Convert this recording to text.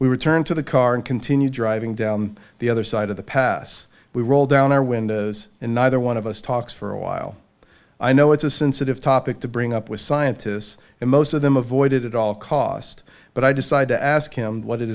we return to the car and continue driving down the other side of the pass we roll down our windows and neither one of us talks for a while i know it's a sensitive topic to bring up with scientists and most of them avoided at all cost but i decided to ask him what